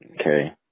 Okay